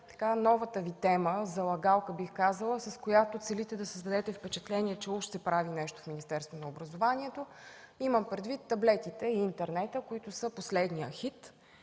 новата тема, бих казала залъгалка, с която целите да създадете впечатление, че уж се прави нещо в Министерство на образованието и науката – имам предвид таблетите и интернета, те са последният хит.